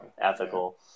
ethical